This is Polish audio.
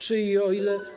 Czy i o ile?